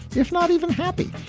if not even happy.